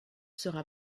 sera